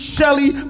Shelly